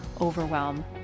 overwhelm